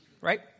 Right